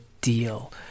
deal